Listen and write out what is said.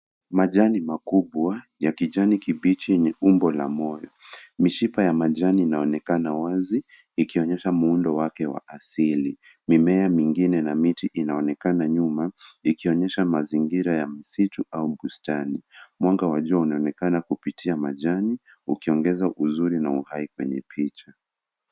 Majani makubwa ya kijani kibichi yenye umbo la moyo. Mishipa ya majani inaonekana wazi, ikionyesha muundo wake wa asili. Mimea mingine na miti inaonekana nyuma, ikionyesha mazingira ya msitu au bustani. Mwanga wa jua unaonekana kupitia majani, ukiongeza uzuri na uhai kwenye picha.